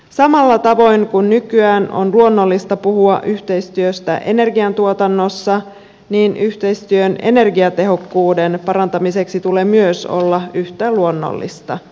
samalla tavoin kuin nykyään on luonnollista puhua yhteistyöstä energiantuotannossa yhteistyön energiatehokkuuden parantamiseksi tulee myös olla yhtä luonnollista